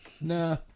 Nah